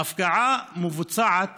ההפקעה מבוצעת